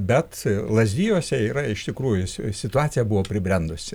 bet lazdijuose yra iš tikrųjų situacija buvo pribrendusi